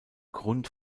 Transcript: grund